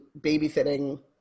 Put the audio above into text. babysitting